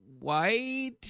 white